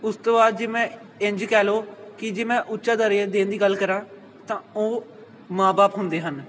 ਉਸ ਤੋਂ ਬਾਅਦ ਜੇ ਮੈਂ ਇੰਝ ਕਹਿ ਲਓ ਕਿ ਜੇ ਮੈਂ ਉੱਚਾ ਦਰਜਾ ਦੇਣ ਦੀ ਗੱਲ ਕਰਾਂ ਤਾਂ ਉਹ ਮਾਂ ਬਾਪ ਹੁੰਦੇ ਹਨ